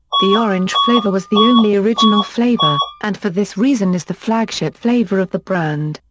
the orange flavour was the only original flavour, and for this reason is the flagship flavour of the brand.